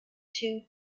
two